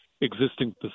existing